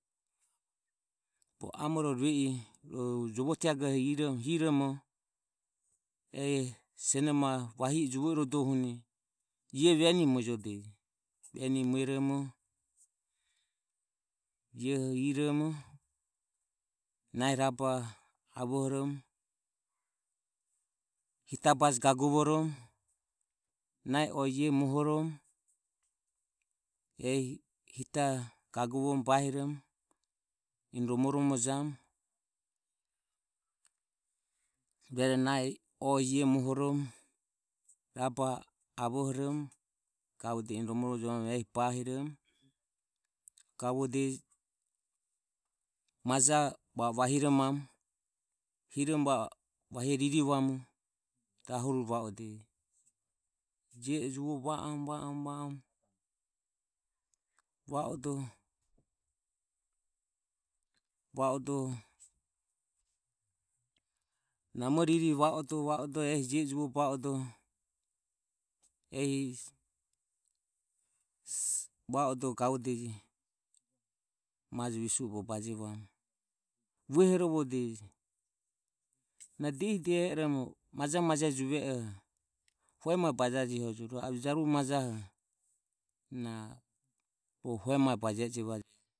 Bogo amoro rue i rohu jovo tiagore hiromo rohu sionoho jovo tiagore venoho huoromo ioho mueromo ioho iromo nahi rabaho avohoromo hita baje gagovoromo nahi oe ie mohoromo ehi hitae gagovomo bahiromo eni romoromorejamu ruero nahi oe ie mohoromo rabaho avohoromo gavodeje eni romoromore jamu ehi bahiromo gavodeje majoho va o vahiromamu hiromo va o vahie ririvamu dahorure va odeje. Je e juvoromo va oromo va oromo va odoho va odoho namoro ririre je ore va odoho va odoho ehi va odoho gavodeje majo visue e bogo bajevamu vuohorovodeje. Na diehi diehi e oromo majoro juve oho hue mae bajajehojo rohu e diehiromo ave jaruvoho hue mae bogo baje ejeve.